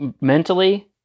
mentally